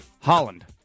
Holland